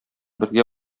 бергә